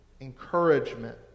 encouragement